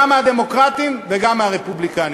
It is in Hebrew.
גם מהדמוקרטים וגם מהרפובליקנים,